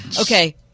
Okay